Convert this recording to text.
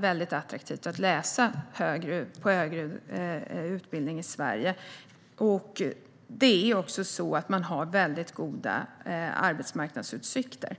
väldigt attraktivt att läsa högre utbildningar i Sverige. Man har också väldigt goda arbetsmarknadsutsikter.